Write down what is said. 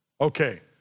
Okay